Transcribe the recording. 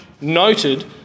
noted